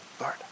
Lord